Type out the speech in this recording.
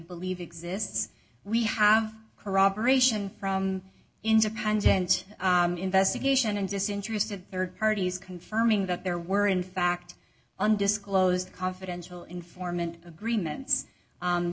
believe exists we have corroboration from independent investigation and disinterested rd parties confirming that there were in fact undisclosed confidential informant agreements